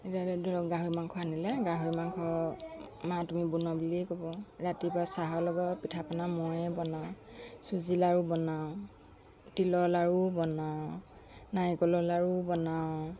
এতিয়া ধৰি লওঁক গাহৰি মাংস আনিলে গাহৰি মাংস মা তুমি বনোৱা বুলিয়েই ক'ব ৰাতিপুৱা চাহৰ লগত পিঠা পনা মইয়েই বনাওঁ চুজি লাৰু বনাওঁ তিলৰ লাৰু বনাওঁ নাৰিকলৰ লাৰুও বনাওঁ